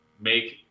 make